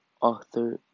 author